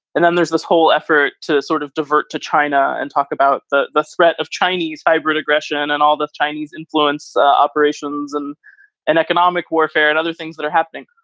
and then there's this whole effort to sort of divert to china and talk about the the threat of chinese hybrid aggression and all the chinese influence operations and and economic warfare and other things that are happening,